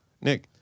Nick